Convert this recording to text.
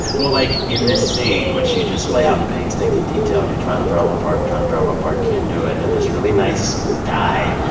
well, like, in this scene, which you just lay out in painstaking detail, you're trying to parallel park and trying to parallel park, can't do it. and this really nice guy,